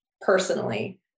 personally